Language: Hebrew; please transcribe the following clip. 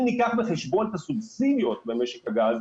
אם ניקח בחשבון את הסובסידיות משק הגז,